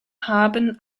haben